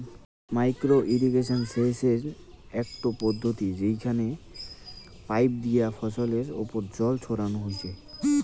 micro irrigation সেচের আকটো পদ্ধতি যেইখানে পাইপ দিয়া ফছলের ওপর জল ছড়ানো হসে